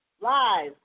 live